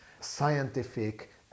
scientific